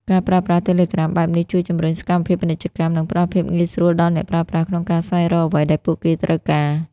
ការប្រើប្រាស់ Telegram បែបនេះជួយជំរុញសកម្មភាពពាណិជ្ជកម្ម និងផ្តល់ភាពងាយស្រួលដល់អ្នកប្រើប្រាស់ក្នុងការស្វែងរកអ្វីដែលពួកគេត្រូវការ។